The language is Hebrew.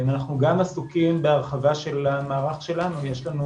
אנחנו גם עסוקים בהרחבה של המערך שלנו, יש לנו